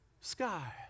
Sky